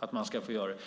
att man får göra det.